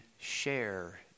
share